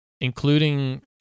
including